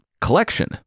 collection